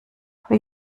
vor